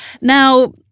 now